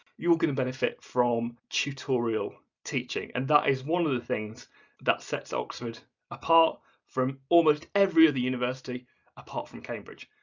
you're going to benefit from tutorial teaching and that is one of the things that sets oxford apart from almost every other university apart from cambridge.